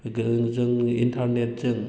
जों इन्टारनेटजों